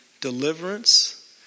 deliverance